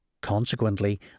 Consequently